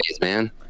man